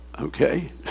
Okay